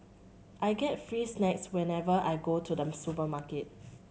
I get free snacks whenever I go to the supermarket